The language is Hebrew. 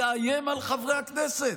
יאיים על חברי הכנסת?